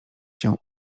się